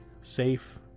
Safe